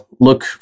look